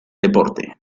deporte